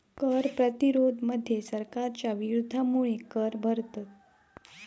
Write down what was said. कर प्रतिरोध मध्ये सरकारच्या विरोधामुळे कर भरतत